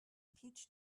peach